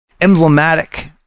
emblematic